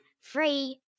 Free